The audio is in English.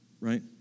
right